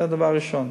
זה הדבר הראשון.